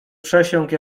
przesiąkł